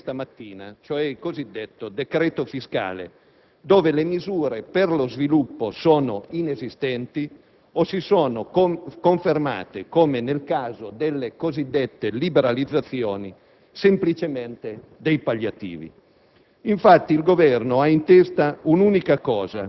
e il suo strumento propedeutico in discussione questa mattina, cioè il cosiddetto decreto fiscale, dove le misure per lo sviluppo sono inesistenti o si sono confermate, come nel caso delle cosiddette liberalizzazioni, semplicemente dei palliativi.